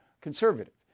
conservative